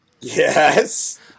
Yes